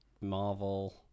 marvel